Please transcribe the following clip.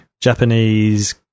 Japanese